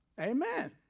Amen